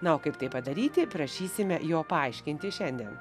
na o kaip tai padaryti prašysime jo paaiškinti šiandien